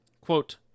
Quote